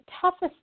toughest